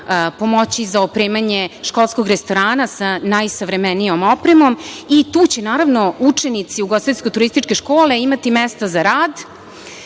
pomoći za opremanje školskog restorana sa najsavremenijom opremom i tu će učenici Ugostiteljsko-turističke škole imati mesta za rad,